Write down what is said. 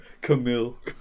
Camille